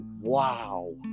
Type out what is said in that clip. wow